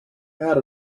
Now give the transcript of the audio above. out